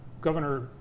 Governor